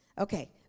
Okay